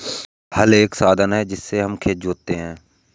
हल एक साधन है जिससे हम खेत जोतते है